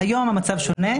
המצב שונה היום,